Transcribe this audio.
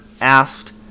asked